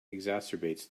exacerbates